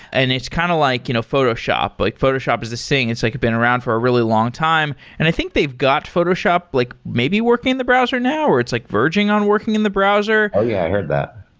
and it's kind of like you know photoshop. like photoshop is this thing. it's like been around for a really long time, and i think they've got photoshop like maybe working in the browser now or it's like verging on working in the browser. oh, yeah. i heard that.